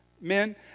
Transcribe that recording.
men